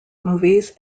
movies